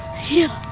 here